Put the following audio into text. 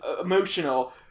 emotional